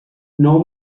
nou